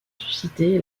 suscité